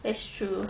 that's true